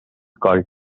called